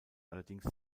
allerdings